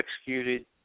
executed